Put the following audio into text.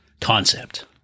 concept